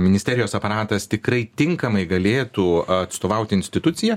ministerijos aparatas tikrai tinkamai galėtų atstovauti instituciją